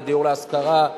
לדיור להשכרה.